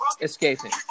Escaping